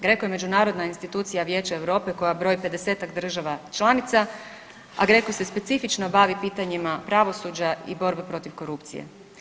GREKO je međunarodna institucija Vijeća Europe koja broji 50-tak država članica a GREKO se specifično bavi pitanjima pravosuđa i borbe protiv korupcije.